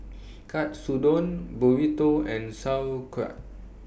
Katsudon Burrito and Sauerkraut